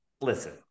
listen